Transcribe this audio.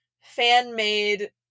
fan-made